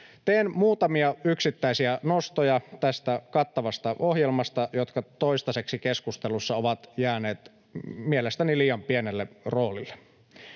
muutamia yksittäisiä nostoja, jotka toistaiseksi keskustelussa ovat jääneet mielestäni liian pienelle roolille.